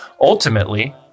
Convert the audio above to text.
ultimately